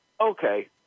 okay